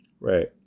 Right